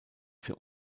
für